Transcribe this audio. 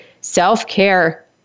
Self-care